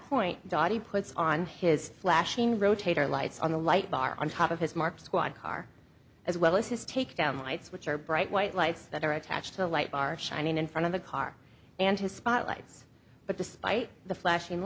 point audi puts on his flashing rotator lights on the light bar on top of his mark squad car as well as his takedown lights which are bright white lights that are attached to the light bar shining in front of the car and his spot lights but despite the flashing